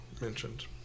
mentioned